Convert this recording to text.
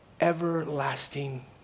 everlasting